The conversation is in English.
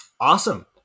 Awesome